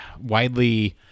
widely